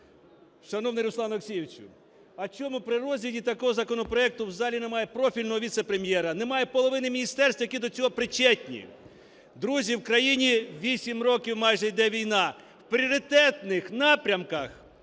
Шановний Руслан Олексійович, а чому при розгляді такого законопроекту в залі немає профільного віцепрем'єра, немає половини міністерства, які до чого причетні? Друзі, в країні 8 років майже йде війна. В пріоритетних напрямках